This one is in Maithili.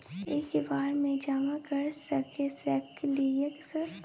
एक बार में जमा कर सके सकलियै सर?